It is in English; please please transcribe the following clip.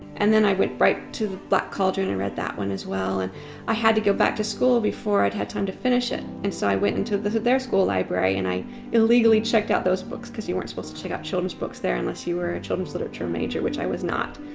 and then i went right to the black cauldron and read that one as well and i had to go back to school before i'd had time to finish it and so i went into their school library and i illegally checked out those books because you weren't supposed to check out children's books there unless you were a children's literature major which i was not.